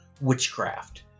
witchcraft